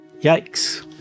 Yikes